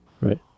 Right